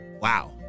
Wow